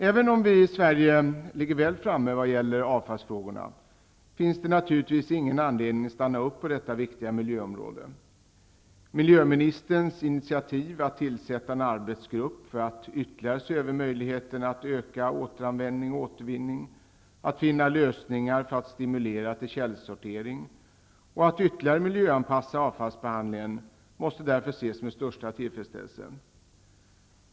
Även om vi i Sverige ligger väl framme vad gäller avfallsfrågorna, finns det naturligtvis ingen anledning att stanna upp på detta viktiga miljöområde. Miljöministerns initiativ att tillsätta en arbetsgrupp för att ytterligare se över möjligheten att öka återanvändning och återvinning, finna lösningar för att stimulera till källsortering och ytterligare miljöanpassa avfallsbehandlingen måste därför ses med största tillfredsställelse.